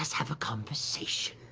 have a conversation.